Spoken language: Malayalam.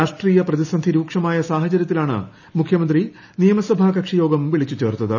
രാഷട്രീയ പ്രതിസന്ധി രൂക്ഷമായ സാഹചര്യത്തിലാണ് മുഖ്യമന്ത്രി നിയമസഭാ കക്ഷിയോഗം വിളിച്ചു ചേർത്തത്